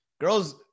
Girls